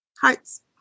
Hearts